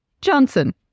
Johnson